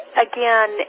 again